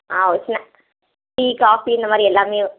ஆ ஒரு சின்ன tea coffee இந்த மாதிரி எல்லாமே